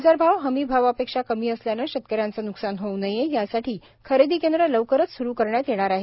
बाजारभाव हमी भावापेक्षा कमी असल्याने शेतकऱ्यांचे न्कसान होऊ नये यासाठी खरेदी केंद्र लवकरच सुरु करण्यात येणार आहेत